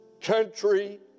country